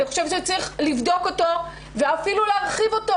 אני חושב שצריך לבדוק אותו ואפילו להרחיב אותו.